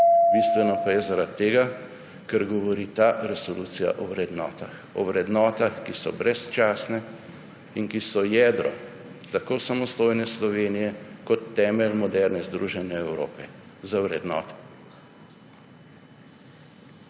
Bistveno pa je zaradi tega, ker govori ta resolucija o vrednotah, o vrednotah, ki so brezčasne in ki so tako jedro samostojne Slovenije kot temelj moderne združene Evrope. Za vrednote.